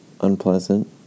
unpleasant